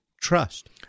trust